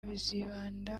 bizibanda